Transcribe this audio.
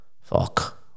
Fuck